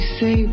say